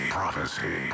Prophecy